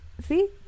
see